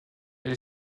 elle